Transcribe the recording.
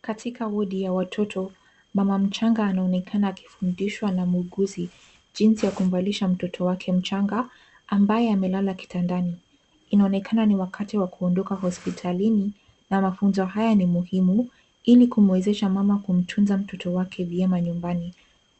Katika wodi ya watoto, mama mchanga anaonekana akifunzwa na mwuguzi jinsi ya kumvalisha mtoto wake mchanga ambaye amelala kitandani. Inaonekana ni wakati wa kuondoko hospitali na mafunzo haya ni muhimu ili kumwezesha mama kumtunza mtoto wake vyema nyumbani.